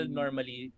normally